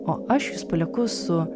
o aš jus palieku su